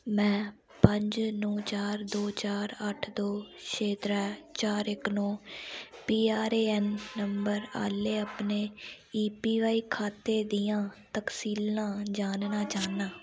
में पंज नौ चार दो चार अठ्ठ दो छे त्रै चार इक नौ पी आर ए ऐन्न नंबर आह्ले अपने ए पी वाई खाते दियां तकसीलां जानना चाह्न्नां